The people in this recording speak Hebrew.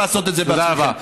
לעשות את זה בעצמכם.